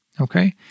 okay